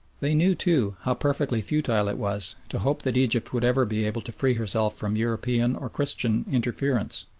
they knew, too, how perfectly futile it was to hope that egypt would ever be able to free herself from european or christian interference,